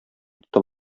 тотып